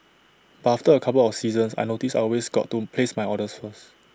but after A couple of seasons I noticed I always got to place my orders first